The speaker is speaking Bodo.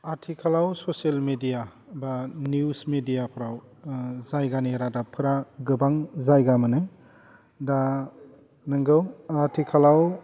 आथिखालाव ससेल मेदिया बा निउस मेदियाफ्राव जायगानि रादाबफ्रा गोबां जायगा मोनो दा नोंगौ आथिखालाव